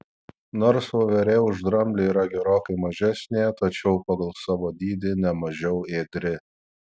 nors voverė už dramblį yra gerokai mažesnė tačiau pagal savo dydį ne mažiau ėdri